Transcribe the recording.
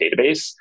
database